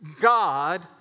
God